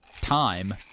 time